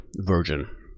version